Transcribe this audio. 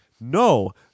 No